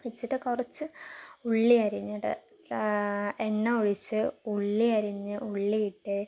വെച്ചിട്ട് കുറച്ച് ഉള്ളി അരിഞ്ഞത് എണ്ണ ഒഴിച്ച് ഉള്ളി അരിഞ്ഞ് ഉള്ളി ഇട്ട്